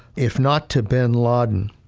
if not to bin laden,